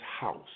house